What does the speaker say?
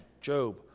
Job